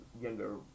younger